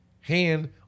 Hand